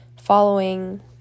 following